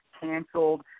canceled